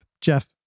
Jeff